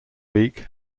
week